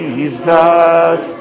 Jesus